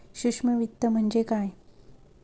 सूक्ष्म वित्त म्हणजे काय?